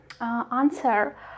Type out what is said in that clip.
answer